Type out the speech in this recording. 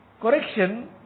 correction